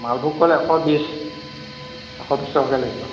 মালভোগ কল এশ বিছ এশ বিছ টকাকৈ লাগিব